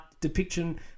depiction